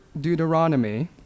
Deuteronomy